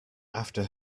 after